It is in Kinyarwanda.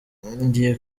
ngiye